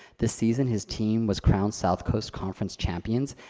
this season, his team was crowned south coast conference champions,